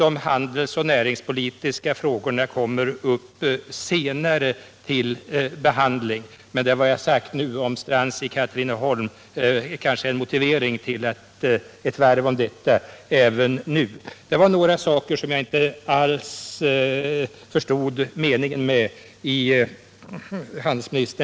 De handelsoch näringspolitiska frågorna skall ju senare komma upp till behandling i kammaren, men det som jag sagt nu om Strands Konfektions AB i Katrineholm kan kanske motivera en debattomgång om dem även nu. Det var några saker i handelsministerns anförande som jag inte alls förstod.